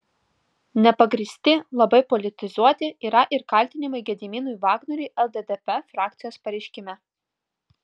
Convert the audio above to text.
nepagrįsti labai politizuoti yra ir kaltinimai gediminui vagnoriui lddp frakcijos pareiškime